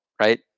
right